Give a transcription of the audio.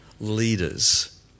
leaders